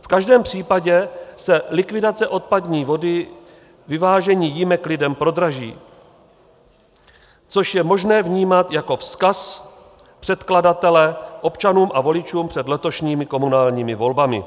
V každém případě se likvidace odpadní vody, vyvážení jímek lidem prodraží, což je možné vnímat jako vzkaz předkladatele občanům a voličům před letošními komunálními volbami.